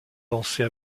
danser